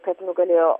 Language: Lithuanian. kad nugalėjo